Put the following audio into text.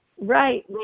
Right